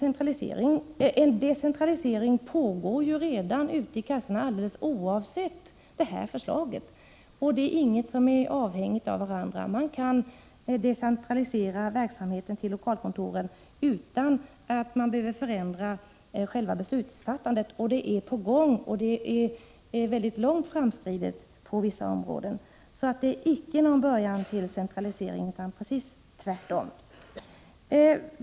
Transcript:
En decentralisering pågår ju ute i kassorna alldeles oavsett det här förslaget. Det är inget som är avhängigt av varandra. Man kan decentralisera verksamheten till lokalkontoren utan att förändra själva beslutsfattandet. En sådan decentralisering är redan långt framskriden på vissa områden. Det är alltså icke fråga om början till en centralisering, utan precis tvärtom.